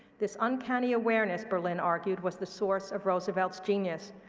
this uncanny awareness, berlin argued, was the source of roosevelt's genius.